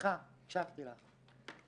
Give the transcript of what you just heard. אני